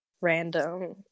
random